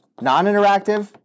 non-interactive